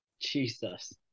Jesus